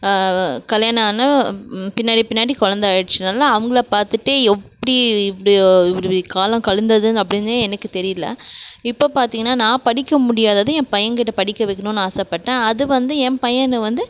கல்யாணம் ஆன பின்னாடி பின்னாடி குழந்த ஆகிட்ச்சினால அவங்கள பார்த்துட்டே எப்படி இப்படி இப்படி காலம் கழிந்ததுன்னு அப்படினே எனக்கு தெரியல இப்போது பார்த்திங்கனா நான் படிக்க முடியாததை என் பையன்கிட்ட படிக்க வெக்கணும்ன் ஆசைப்பட்டேன் அது வந்து என் பையனை வந்து